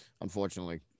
unfortunately